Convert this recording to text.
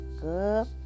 Good